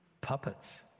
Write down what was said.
puppets